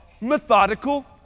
methodical